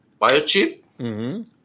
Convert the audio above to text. biochip